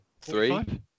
Three